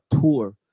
tour